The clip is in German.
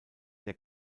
der